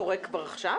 זה לא קורה כבר עכשיו?